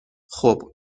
خوب